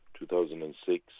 2006